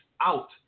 out